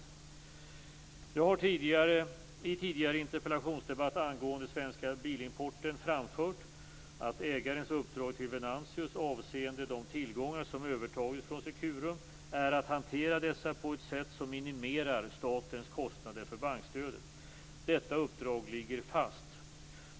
Jag har i tidigare interpellationsdebatt angående Securum är att hantera dessa på ett sätt som minimerar statens kostnader för bankstödet. Detta uppdrag ligger fast.